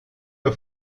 ihr